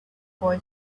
boy